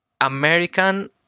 American